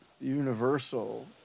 universal